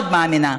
מאוד מאמינה,